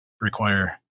require